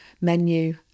menu